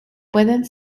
pueden